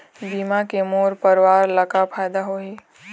बीमा के मोर परवार ला का फायदा होही?